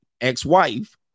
ex-wife